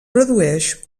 produeix